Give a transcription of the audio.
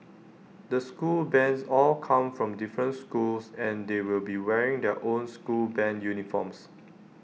the school bands all come from different schools and they will be wearing their own school Band uniforms